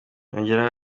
yongeraho